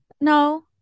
No